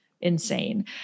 insane